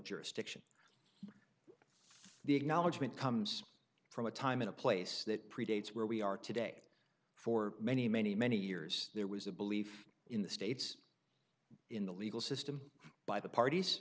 jurisdiction the acknowledgment comes from a time in a place that predates where we are today for many many many years there was a belief in the states in the legal system by the parties